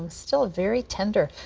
still very tender,